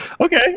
Okay